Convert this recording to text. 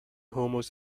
hummus